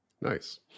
Nice